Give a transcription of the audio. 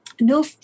No